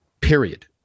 period